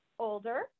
Older